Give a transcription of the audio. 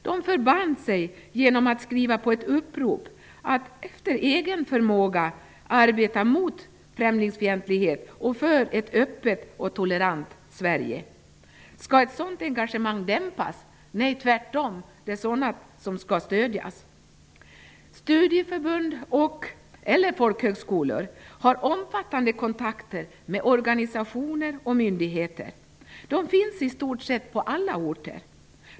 De förband sig genom att skriva på ett upprop att efter egen förmåga arbeta mot främlingsfientlighet och för ett öppet och tolerant Sverige. Skall ett sådant engagemang dämpas? Nej, tvärtom, det är sådant som skall stödjas. Studieförbund och/eller folkhögskolor har omfattande kontakter med organisationer och myndigheter och finns i stort sett på alla orter.